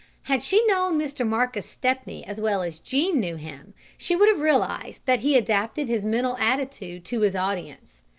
had she known mr. marcus stepney as well as jean knew him, she would have realised that he adapted his mental attitude to his audience.